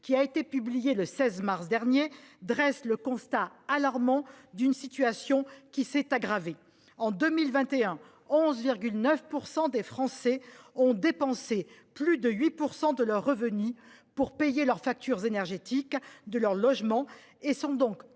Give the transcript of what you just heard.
qui a été publié le 16 mars dernier dresse le constat alarmant d'une situation qui s'est aggravé en 2021, 11 9 % des Français ont dépensé plus de 8% de leurs revenus pour payer leur facture énergétique de leur logement et sont donc